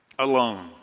alone